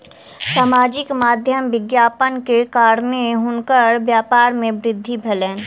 सामाजिक माध्यमक विज्ञापन के कारणेँ हुनकर व्यापार में वृद्धि भेलैन